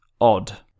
odd